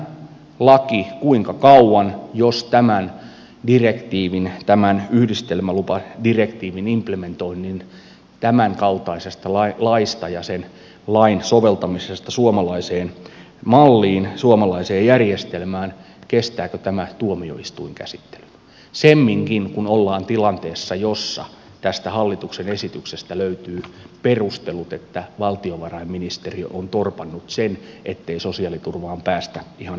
kestääkö tämä laki kuinka kauan kestääkö tämän direktiivin tämän yhdistelmälupadirektiivin implementointi tämänkaltaisesta laista ja sen lain soveltamisesta suomalaiseen malliin suomalaiseen järjestelmään tuomioistuinkäsittelyn semminkin kun ollaan tilanteessa jossa tästä hallituksen esityksestä löytyy perustelut että valtiovarainministeriö on torpannut sen ettei sosiaaliturvaan päästä ihan ensimmäisenä päivänä